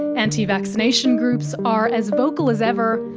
anti-vaccination groups are as vocal as ever.